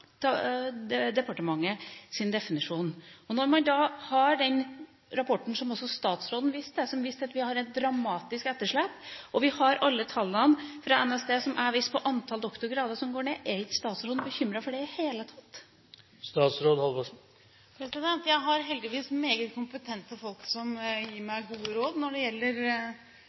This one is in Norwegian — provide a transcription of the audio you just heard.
definisjon. Når man har den rapporten som også statsråden viste til, som viste at vi har et dramatisk etterslep, og vi har alle tallene fra NSD, som jeg viste til, på antall doktorgrader som går ned, er ikke statsråden bekymret for det i det hele tatt? Jeg har heldigvis meget kompetente folk som gir meg gode råd når det gjelder